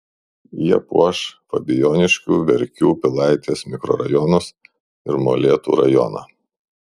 jie puoš fabijoniškių verkių pilaitės mikrorajonus ir molėtų rajoną